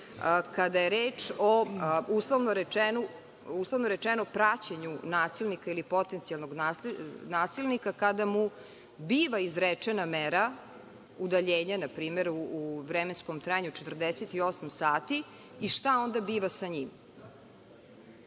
je reč o uslovno rečeno praćenju nasilnika ili potencijalnog nasilnika, kada mu biva izrečena mera udaljenja npr. u vremenskom trajanju 48 sati i šta onda biva sa njim?